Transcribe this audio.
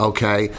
Okay